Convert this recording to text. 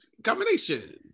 Combination